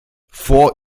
vor